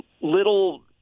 little